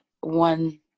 one